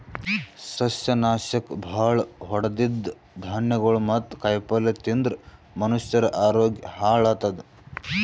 ಸಸ್ಯನಾಶಕ್ ಭಾಳ್ ಹೊಡದಿದ್ದ್ ಧಾನ್ಯಗೊಳ್ ಮತ್ತ್ ಕಾಯಿಪಲ್ಯ ತಿಂದ್ರ್ ಮನಷ್ಯರ ಆರೋಗ್ಯ ಹಾಳತದ್